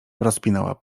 rozpinała